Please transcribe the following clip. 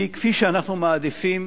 כי כפי שאנחנו מעדיפים